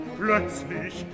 plötzlich